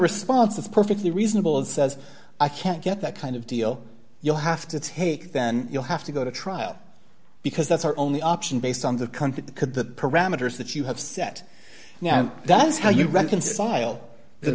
response it's perfectly reasonable and says i can't get that kind of deal you'll have to take then you'll have to go to trial because that's our only option based on the content the parameters that you have set now and that's how you reconcile the